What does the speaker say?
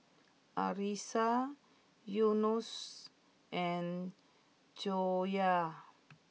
Arissa Yunos and Joyah